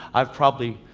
i've probably,